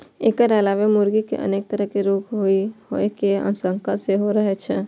एकर अलावे मुर्गी कें अनेक तरहक रोग होइ के आशंका सेहो रहै छै